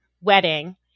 wedding